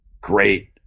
great